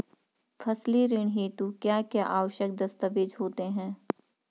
फसली ऋण हेतु क्या क्या आवश्यक दस्तावेज़ होते हैं?